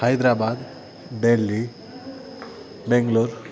Hyderabad Delhi Bangalore